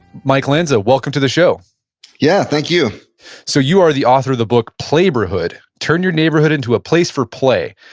mike lanza, welcome to the show yeah, thank you so you are the author of the book playborhood turn your neighborhood into a place for play.